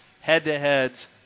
head-to-heads